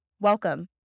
Welcome